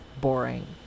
boring